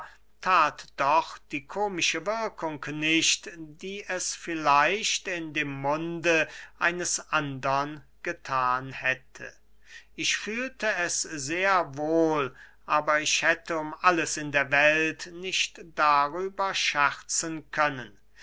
that doch die komische wirkung nicht die es vielleicht in dem munde eines andern gethan hätte ich fühlte es sehr wohl aber ich hätte um alles in der welt nicht darüber scherzen können